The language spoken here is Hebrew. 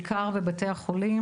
בעיקר בבתי החולים,